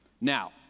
Now